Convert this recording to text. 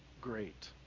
great